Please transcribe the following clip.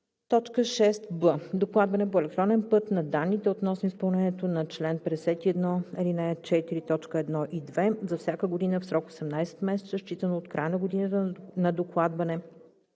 6б. докладване по електронен път на данните относно изпълнението на чл. 51, ал. 4, т. 1 и 2 за всяка година в срок 18 месеца считано от края на годината на докладване,